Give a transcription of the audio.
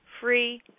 free